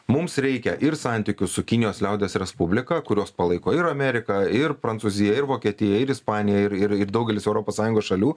mums reikia ir santykių su kinijos liaudies respublika kuriuos palaiko ir amerika ir prancūzija ir vokietija ir ispanija ir ir ir daugelis europos sąjungos šalių